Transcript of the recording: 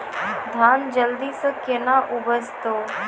धान जल्दी से के ना उपज तो?